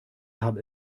habe